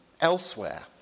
elsewhere